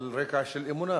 על רקע של אמונה.